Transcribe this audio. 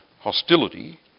hostility